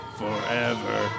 forever